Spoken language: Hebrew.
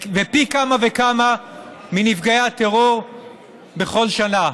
ופי כמה וכמה מנפגעי הטרור בכל שנה.